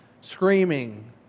screaming